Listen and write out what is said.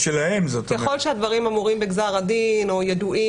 ככל שהדברים אמורים בגזר הדין או ידועים,